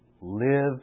live